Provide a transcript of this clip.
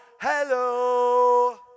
hello